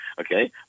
Okay